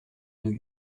new